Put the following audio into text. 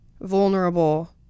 vulnerable